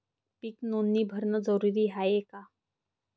पीक नोंदनी भरनं जरूरी हाये का?